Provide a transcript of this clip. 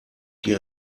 die